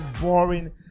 boring